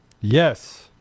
yes